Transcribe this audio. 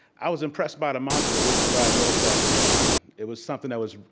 i was impressed by the mantra that we provided world class education. it was something that was,